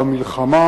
במלחמה.